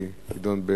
היא תידון,